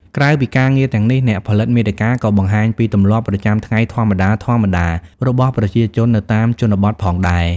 ក្រៅពីការងារទាំងនេះ អ្នកផលិតមាតិកាក៏បង្ហាញពីទម្លាប់ប្រចាំថ្ងៃធម្មតាៗ របស់ប្រជាជននៅតាមជនបទផងដែរ។